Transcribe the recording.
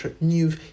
new